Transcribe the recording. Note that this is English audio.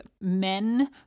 men